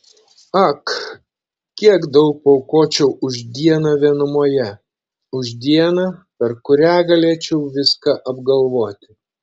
ak kiek daug paaukočiau už dieną vienumoje už dieną per kurią galėčiau viską apgalvoti